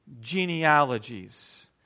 genealogies